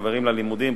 חברים ללימודים,